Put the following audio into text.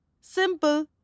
Simple